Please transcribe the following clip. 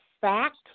fact